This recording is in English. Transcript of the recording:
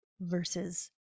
versus